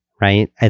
right